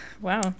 Wow